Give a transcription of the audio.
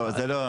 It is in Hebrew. לא תהיה.